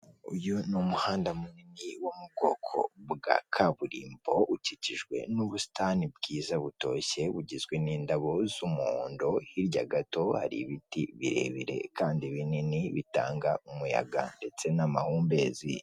Abagabo babiri bari kuri gishe, uri inyuma wambaye ishati yumukara ameze nk'aho yabonye amafaranga ye, ari kuyabara kugira ngo arebe ko yuzuye. Uwambaye ishati y'umweru we ntabwo arayafata yose; hari ayo amajije gufata, andi aracyari kuri gishe.